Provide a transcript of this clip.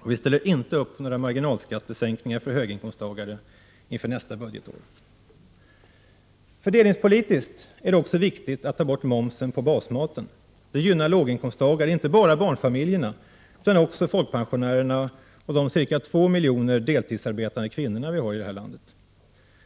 Och vi ställer inte upp på marginalskattesänkningar för höginkomsttagare inför nästa budgetår. Fördelningspolitiskt är det också viktigt att ta bort momsen på basmat. Det gynnar låginkomsttagaren, inte bara barnfamiljerna utan också folkpensionärerna och de ca 2 miljonerna deltidsarbetande kvinnor.